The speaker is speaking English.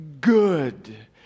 good